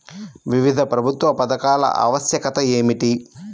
వివిధ ప్రభుత్వ పథకాల ఆవశ్యకత ఏమిటీ?